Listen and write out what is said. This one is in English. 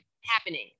happening